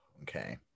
Okay